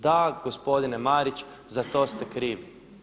Da, gospodine Marić za to ste krivi.